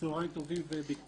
צהריים טובים.